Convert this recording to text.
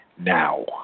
now